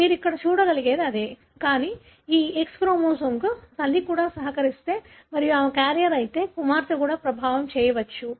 మీరు ఇక్కడ చూడగలిగేది అదే కానీ ఈ X క్రోమోజోమ్కు తల్లి కూడా సహకరిస్తే మరియు ఆమె క్యారియర్ అయితే కుమార్తె కూడా ప్రభావితం కావచ్చు